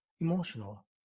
emotional